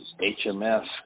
HMS